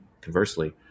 conversely